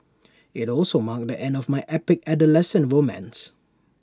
IT also marked the end of my epic adolescent romance